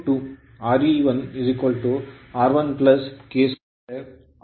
Re1 R1 K 2 R2